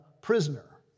prisoner